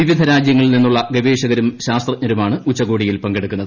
വിവിധ രാജ്യങ്ങളിൽ നിന്നുള്ള ഗവേഷകരും ശാസ്ത്രജ്ഞരുമാണ് ഉച്ചകോടിയിൽ പങ്കെടുക്കുന്നത്